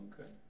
Okay